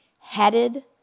headed